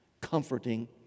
comforting